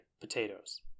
potatoes